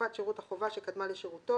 תקופת שירות החובה שקדמה לשירותו,